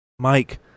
Mike